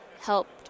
helped